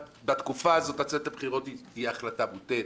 בתקופה הזאת לצאת לבחירות זו החלטה מוטעית